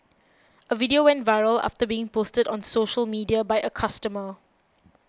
a video went viral after being posted on social media by a customer